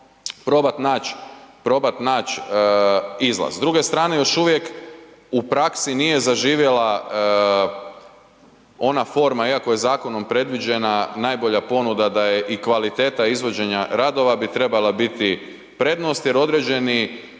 probat naći izlaz. S druge strane još uvijek u praksi nije zaživjela ona forma iako je zakonom predviđena, najbolja ponuda da je i kvaliteta izvođenja radova bi trebala biti prednost jer određeni